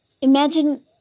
imagine